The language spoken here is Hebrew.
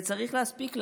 זה צריך להספיק לנו.